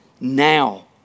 now